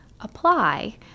apply